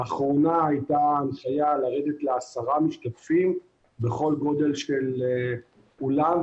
לאחרונה הייתה הנחיה לרדת לעשרה משתתפים בכל גודל של אולם,